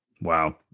Wow